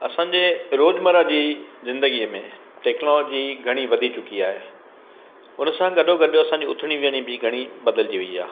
असांजे रोज़मरह जी ज़िंदगीअ में टैक्नोलॉजी घणी वधी चुकी आहे उन सां गॾो गॾु असांजो उथणी वेहणी बि घणी बदिलजी वई आहे